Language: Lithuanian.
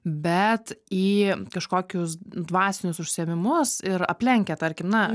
bet į kažkokius dvasinius užsiėmimus ir aplenkia tarkim na